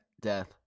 Death